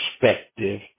perspective